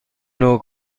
نوع